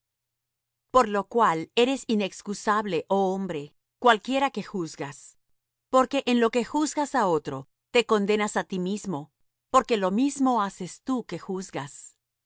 por lo cual eres inexcusable oh hombre cuaquiera que juzgas porque en lo que juzgas á otro te condenas á ti mismo porque lo mismo haces tú que juzgas